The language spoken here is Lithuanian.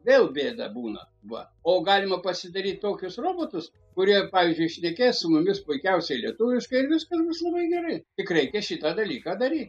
vėl bėda būna va o galima pasidaryt tokius robotus kurie pavyzdžiui šnekės su mumis puikiausiai lietuviškai ir viskas bus labai gerai tik reikia šitą dalyką daryt